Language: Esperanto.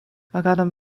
agadon